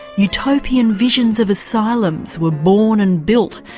utopian visions of asylums were born and built,